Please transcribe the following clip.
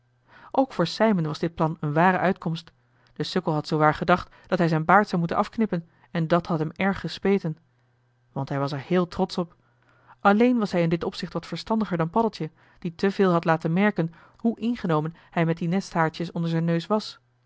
ook voor sijmen was dit plan een ware uitkomst de sukkel had zoowaar gedacht dat hij zijn baard zou moeten afknippen en dat had hem erg gespeten want hij was er heel trotsch op alleen was hij in dit opzicht wat verstandiger dan paddeltje die te veel had laten merken hoe ingenomen hij met die nesthaartjes onder zijn neus was